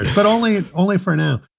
but only only for now